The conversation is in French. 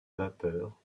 vapeur